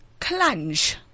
Clunge